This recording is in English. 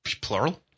Plural